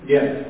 Yes